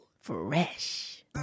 fresh